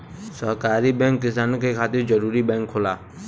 सहकारी बैंक किसानन के खातिर जरूरी बैंक होला